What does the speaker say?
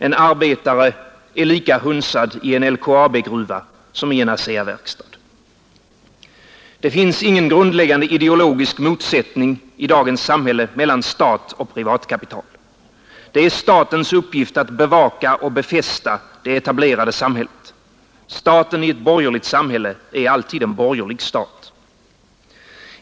En arbetare är lika hunsad i en LKAB-gruva som i en ASEA-verkstad. Det finns ingen grundläggande ideologisk motsättning i dagens samhälle mellan stat och privatkapital. Det är statens uppgift att bevaka och befästa det etablerade samhället. Staten i ett borgerligt samhälle är alltid en borgerlig stat.